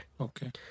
Okay